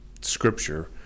Scripture